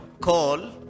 call